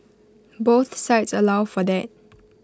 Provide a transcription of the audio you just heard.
both sites allow for that